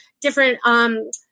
different